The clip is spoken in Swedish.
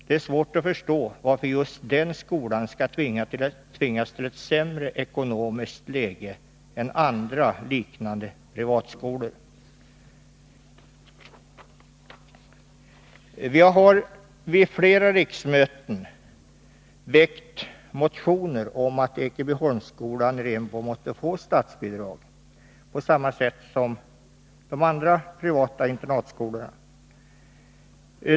Det är svårt att förstå varför just den skolan skall tvingas till ett sämre ekonomiskt läge än andra liknande privatskolor. Jag har vid flera tidigare riksmöten väckt motioner om att Ekebyholmsskolan i Rimbo måste få statsbidrag på samma sätt som de andra privata internatskolorna.